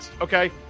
okay